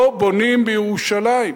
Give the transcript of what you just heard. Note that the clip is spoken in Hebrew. לא בונים בירושלים.